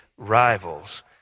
rivals